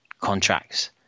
contracts